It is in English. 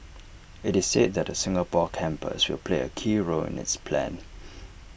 IT is said that the Singapore campus will play A key role in its plan